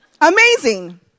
Amazing